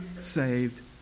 saved